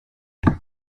elle